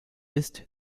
ist